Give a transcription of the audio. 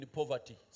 poverty